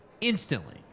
Instantly